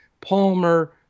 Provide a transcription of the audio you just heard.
Palmer